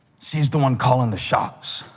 she's the one calling the shots.